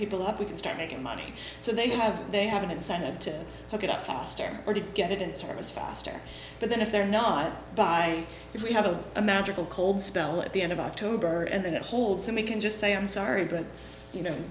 people up we can start making money so they have they have an incentive to get out faster or to get it in service foster but then if they're not by it we have a magical cold spell at the end of october and then it holds then we can just say i'm sorry but you know